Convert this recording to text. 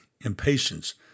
impatience